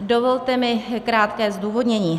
Dovolte mi krátké zdůvodnění.